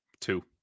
Two